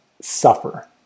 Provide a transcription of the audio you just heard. suffer